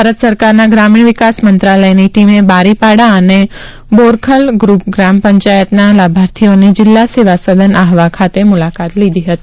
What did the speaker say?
ભારત સરકારના ગ્રામીણ વિકાસ મંત્રાલયની ટીમે બારીપાડા અને બોરખલ ગૃપપ ગ્રામ પંચાયતના લાભાર્થીઓની જિલ્લા સેવા સદન આહવા ખાતે મુલાકાત લીધી હતી